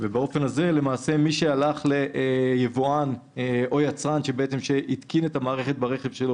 באופן הזה למעשה מי שהלך ליבואן או יצרן שהתקין את המערכת ברכב שלו